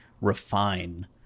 refine